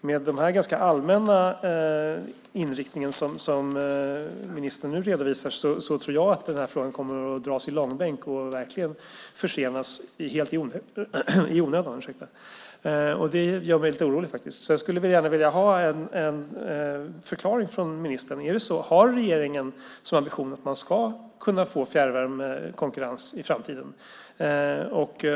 Med den här ganska allmänna inriktningen som ministern nu redovisar tror jag att frågan kommer att dras i långbänk och verkligen försenas helt i onödan. Det gör mig lite orolig. Jag skulle gärna vilja ha en förklaring från ministern. Har regeringen ambitionen att man ska kunna få fjärrvärmekonkurrens i framtiden?